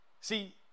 See